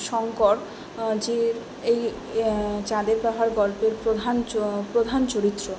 শংকর যে এই চাঁদের পাহাড় গল্পের প্রধান চ প্রধান চরিত্র